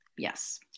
Yes